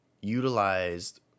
utilized